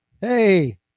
Hey